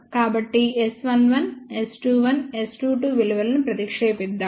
కాబట్టి S11 S21 S22 విలువలను ప్రతిక్షేపిద్దాం